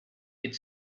could